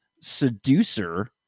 seducer